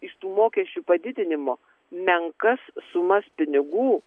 iš tų mokesčių padidinimo menkas sumas pinigų